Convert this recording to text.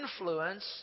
influence